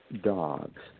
dogs